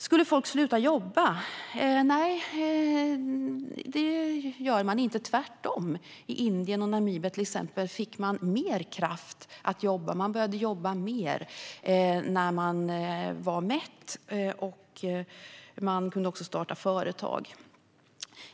Skulle folk sluta jobba? Nej, det gör man inte. Tvärtom, till exempel i Indien och Namibia fick man mer kraft att jobba. Man började jobba mer när man var mätt, och man kunde också starta företag.